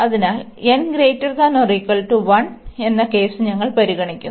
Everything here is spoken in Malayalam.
അതിനാൽ n≥1 എന്ന കേസ് ഞങ്ങൾ പരിഗണിക്കുന്നു